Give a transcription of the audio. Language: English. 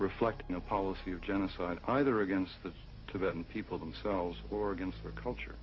reflecting a policy of genocide either against the tibetans people themselves or against their culture